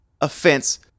offense